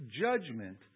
judgment